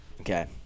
okay